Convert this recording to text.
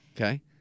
Okay